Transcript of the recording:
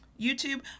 YouTube